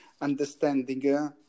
Understanding